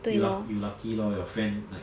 you you lucky lor your friend like